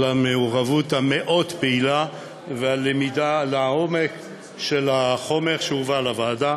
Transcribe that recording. המעורבות המאוד-פעילה ועל למידה לעומק של החומר שהובא לוועדה.